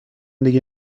دیگه